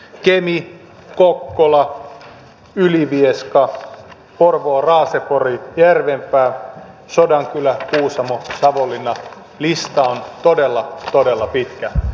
kemi kokkola ylivieska porvoo raasepori järvenpää sodankylä kuusamo savonlinna lista on todella todella pitkä